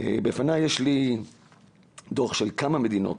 לפניי יש דוח של כמה מדינות,